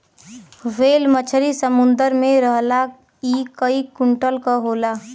whale मछरी समुंदर में रहला इ कई कुंटल क होला